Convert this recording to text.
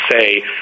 say